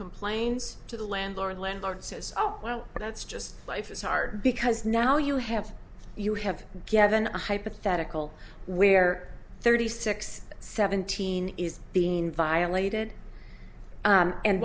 complains to the landlord landlord says oh well that's just life is hard because now you have you have given a hypothetical where thirty six seventeen is being violated